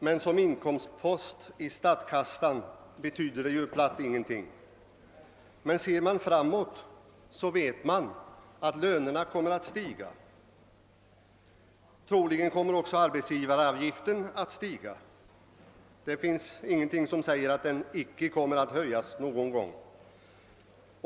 Men som inkomstpost i statskassan betyder den ju platt ingenting. Men ser man framåt vet man att lönerna kommer att stiga, och troligen kommer också arbetsgivaravgiften att stiga. Det finns ingenting som säger att den icke kommer att höjas någon gång.